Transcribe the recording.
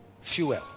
fuel